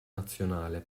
nazionale